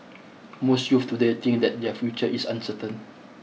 most youths today think that their future is uncertain